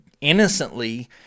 innocently